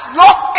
lost